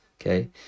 Okay